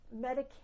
Medicaid